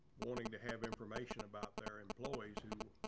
wanting to have information about their employees who